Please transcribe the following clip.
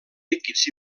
líquids